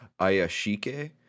Ayashike